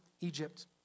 Egypt